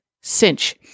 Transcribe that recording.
cinch